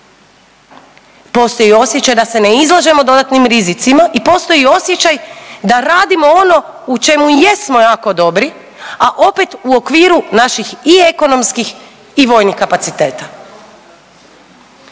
Postoji osjećaj da se ne izlažemo dodatnim rizicima i postoji osjećaj da radimo ono u čemu jesmo jako dobri, a opet u okviru naših i ekonomskih i vojnih kapaciteta.